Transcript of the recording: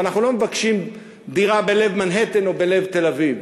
ואנחנו לא מבקשים דירה בלב מנהטן או בלב תל-אביב.